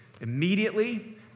Immediately